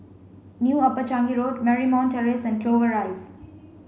New Upper Changi Road Marymount Terrace and Clover Rise